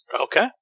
Okay